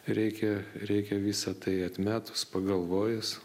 reikia reikia visa tai atmetus pagalvojus